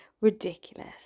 Ridiculous